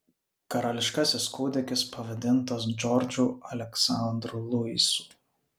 karališkasis kūdikis pavadintas džordžu aleksandru luisu